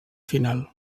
final